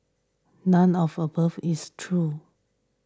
none of above is true